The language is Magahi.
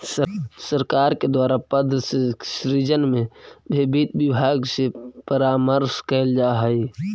सरकार के द्वारा पद के सृजन में भी वित्त विभाग से परामर्श कैल जा हइ